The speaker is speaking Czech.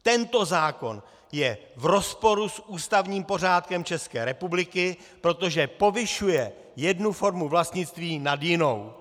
Tento zákon je v rozporu s ústavním pořádkem České republiky, protože povyšuje jednu formu vlastnictví nad jinou.